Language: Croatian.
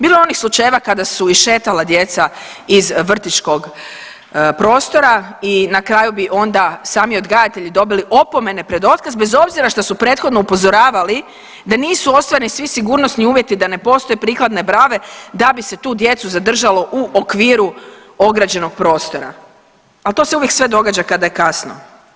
Bilo je onih slučajeva kada su išetala djeca iz vrtićkog prostora i na kraju bi onda sami odgajatelji dobili opomene pred otkaz bez obzira što su prethodno upozoravali da nisu ostvareni svi sigurnosni uvjeti, da ne postoje prikladne brave da bi se tu djecu zadržalo u okviru ograđenog prostora, a to se uvijek sve događa kada je kasno.